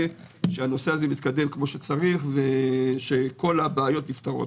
שהנושא יתקדם כמו שצריך ושכל הבעיות נפתרות.